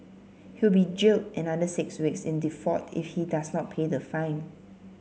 he will be jailed another six weeks in default if he does not pay the fine